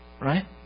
Right